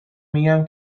میگم